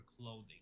clothing